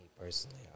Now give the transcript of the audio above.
personally